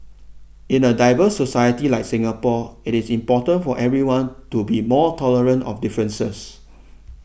in a diverse society like Singapore it is important for everyone to be more tolerant of differences